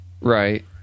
Right